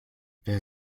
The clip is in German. wer